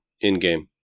in-game